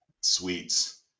Sweets